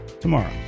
tomorrow